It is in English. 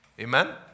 Amen